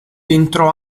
entrò